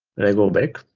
and i go back,